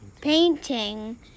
Painting